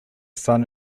sun